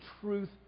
truth